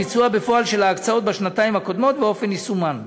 ביצוע בפועל של ההקצאות בשנתיים הקודמות ואופן יישומן: